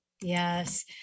Yes